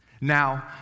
Now